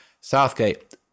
Southgate